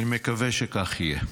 אני מקווה שכך יהיה.